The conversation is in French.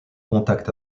contact